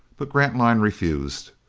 but grantline refused.